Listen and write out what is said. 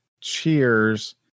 Cheers